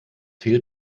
fehlt